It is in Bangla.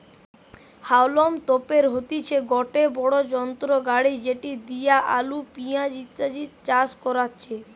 হাউলম তোপের হইতেছে গটে বড়ো যন্ত্র গাড়ি যেটি দিয়া আলু, পেঁয়াজ ইত্যাদি চাষ করাচ্ছে